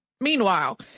meanwhile